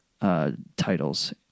titles